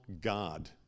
God